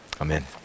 amen